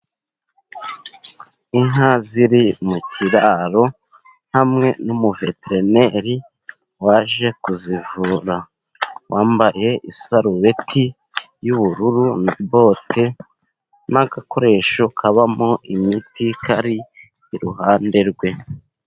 Inka ziri mu kiraro hamwe n'umuveterineri waje kuzivura, wambaye isarureti y'ubururu, bote n'agakoresho kabamo imiti kari iruhande rwe.